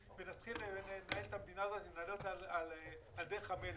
ונתחיל לנהל את המדינה הזאת ונעלה אותה על דרך המלך.